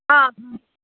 ꯑꯥ